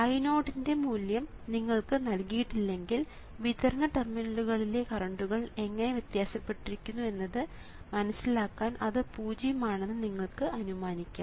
I0 ന്റെ മൂല്യം നിങ്ങൾക്ക് നൽകിയിട്ടില്ലെങ്കിൽ വിതരണ ടെർമിനലുകളിലെ കറണ്ടുകൾ എങ്ങനെ വ്യത്യാസപ്പെട്ടിരിക്കുന്നു എന്നത് മനസ്സിലാക്കാൻ അത് പൂജ്യം ആണെന്ന് നിങ്ങൾക്ക് അനുമാനിക്കാം